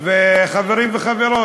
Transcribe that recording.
חברים וחברות,